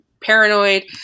paranoid